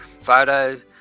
photo